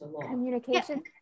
Communication